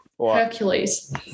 hercules